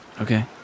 Okay